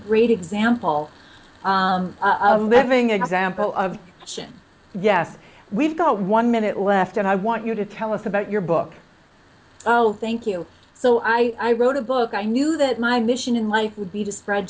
great example having example of shit yes we've got one minute left and i want you to tell us about your book oh thank you so i wrote a book i knew that my mission in life would be to spread